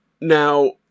Now